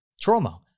trauma